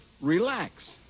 relax